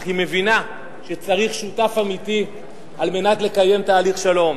אך היא מבינה שצריך שותף אמיתי על מנת לקיים תהליך שלום,